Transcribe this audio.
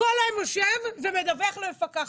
כל היום יושב ומדווח למפקחת.